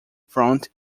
front